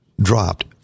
dropped